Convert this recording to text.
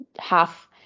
half